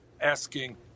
asking